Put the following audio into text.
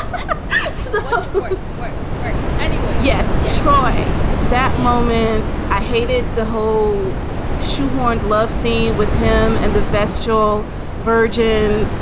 so work work anyway yes. you try that moment. i hated the whole shoehorned love scene with him and the vestal virgins.